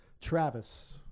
Travis